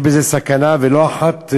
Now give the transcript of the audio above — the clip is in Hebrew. יש בזה סכנה, ולא אחת,